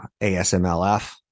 ASMLF